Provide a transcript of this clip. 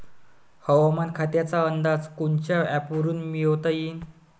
हवामान खात्याचा अंदाज कोनच्या ॲपवरुन मिळवता येईन?